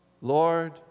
Lord